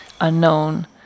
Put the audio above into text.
unknown